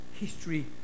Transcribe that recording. history